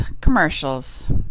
commercials